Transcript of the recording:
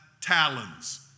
talons